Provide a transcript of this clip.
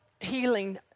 Healing